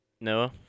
Noah